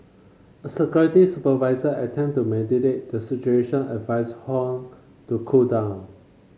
a security supervisor attempted to mediate the situation and advised Huang to cool down